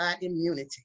immunity